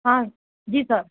હા જી સર